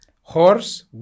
horse